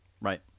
Right